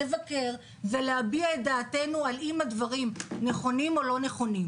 לבקר ולהביע את דעתנו על אם הדברים נכונים או לא-נכונים.